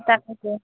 তাকেটো